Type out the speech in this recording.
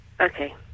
Okay